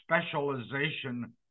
specialization